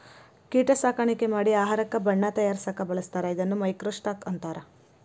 ಕೇಟಾ ಸಾಕಾಣಿಕೆ ಮಾಡಿ ಆಹಾರಕ್ಕ ಬಣ್ಣಾ ತಯಾರಸಾಕ ಬಳಸ್ತಾರ ಇದನ್ನ ಮೈಕ್ರೋ ಸ್ಟಾಕ್ ಅಂತಾರ